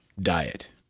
diet